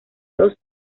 los